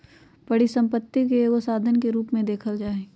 परिसम्पत्ति के एगो साधन के रूप में देखल जाइछइ